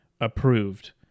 Approved